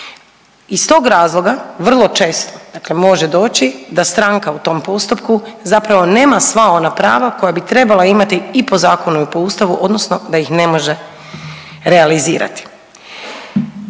Iz tog razloga vrlo često dakle može doći da stranka u tom postupku zapravo nema sva ona prava koja bi trebala imati i po zakonu i po Ustavu odnosno da ih ne može realizirati.